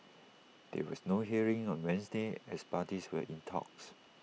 there was no hearing on Wednesday as parties were in talks